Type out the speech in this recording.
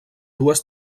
dues